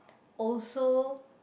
also